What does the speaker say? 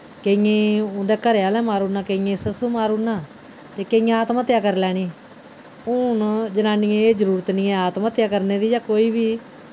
केइयें उंदे घरै आह्लै मारी ओड़ना केइयें ई सस्सू मारी ओड़ना ते केइयें आत्महत्या करी लैनी हून जनानियें जरूरत निं ऐ आत्महत्या करने दी जां कोई बी